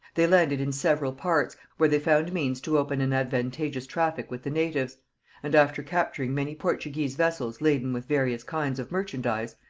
they landed in several parts, where they found means to open an advantageous traffic with the natives and, after capturing many portuguese vessels laden with various kinds of merchandise,